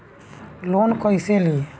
Loan कईसे ली?